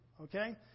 Okay